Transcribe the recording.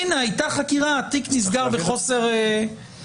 הינה, הייתה חקירה, התיק נסגר מחוסר אשמה.